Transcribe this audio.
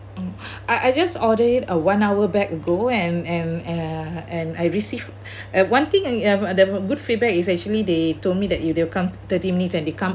mm I I just ordered it one hour back ago and and uh and I receive uh one thing I have a good feedback is actually they told me that you they'll come thirty minutes and they come